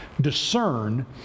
discern